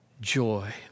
joy